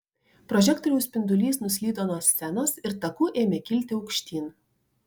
prožektoriaus spindulys nuslydo nuo scenos ir taku ėmė kilti aukštyn